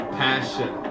passion